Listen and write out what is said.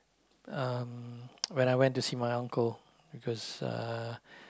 um when I went to see my uncle because uh